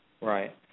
Right